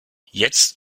jetzt